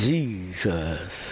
Jesus